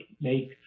make